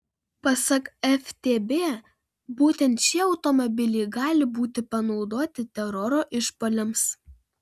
pasak ftb būtent šie automobiliai gali būti panaudoti teroro išpuoliams